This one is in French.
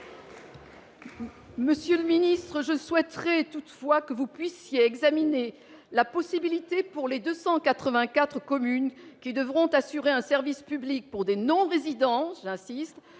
Monsieur le ministre, je souhaiterais toutefois que vous puissiez examiner la possibilité pour les 284 communes qui devront assurer un service public pour des non-résidents, insiste